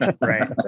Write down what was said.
Right